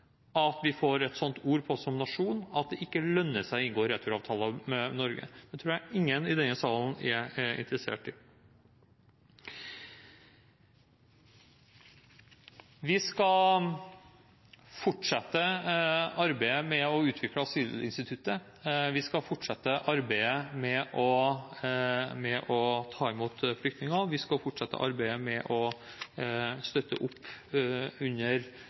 at vi får ord på oss som nasjon at det ikke lønner seg å inngå returavtaler med Norge. Det tror jeg ingen i denne salen er interessert i. Vi skal fortsette arbeidet med å utvikle asylinstituttet. Vi skal fortsette arbeidet med å ta imot flyktninger, og vi skal fortsette arbeidet med å støtte opp under